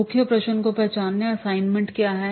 मुख्य प्रश्न को पहचानें असाइनमेंट क्या है